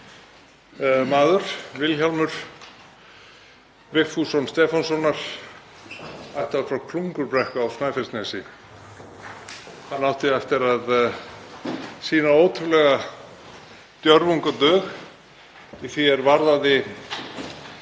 maður, Vilhjálmur Vigfússon Stefánssonar, ættaður frá Klungurbrekku á Snæfellsnesi. Hann átti eftir að sýna ótrúlega djörfung og dug í því er varðaði